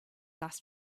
last